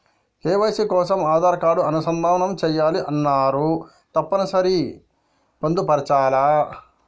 KYC కోసం Aadhaar card అనుసంధానం చేయాలని అన్నరు తప్పని సరి పొందుపరచాలా?